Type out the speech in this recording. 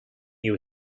you